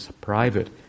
private